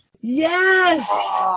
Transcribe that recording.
Yes